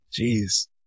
Jeez